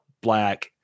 Black